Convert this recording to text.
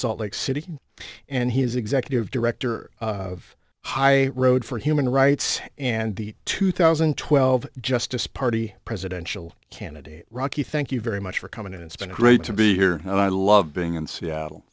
salt lake city and he is executive director of high road for human rights and the two thousand and twelve justice party presidential candidate rocky thank you very much for coming and it's been great to be here and i love being in seattle